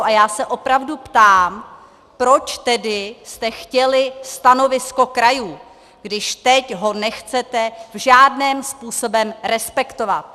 A já se opravdu ptám, proč jste tedy chtěli stanovisko krajů, když teď ho nechcete žádným způsobem respektovat?